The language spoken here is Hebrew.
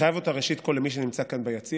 אני חייב אותה ראשית כול למי שנמצא כאן ביציע,